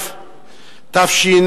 -ראש הכנסת,